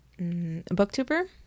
booktuber